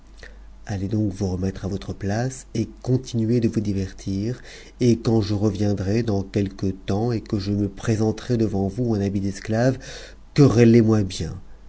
allez donc vous remettre à t rc place et continuer de vous divertir et quand je reviendrai dans j p que temps et que je me présenterai devant vous en habit d'esclave tmwttcx moi bien